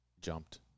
jumped